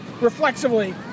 reflexively